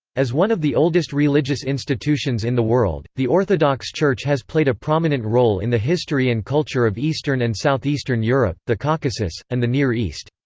as one of the oldest religious institutions in the world, the orthodox church has played a prominent role in the history and culture of eastern and southeastern europe, the caucasus, and the near east.